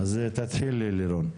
אז תתחילי, לירון.